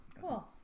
cool